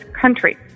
country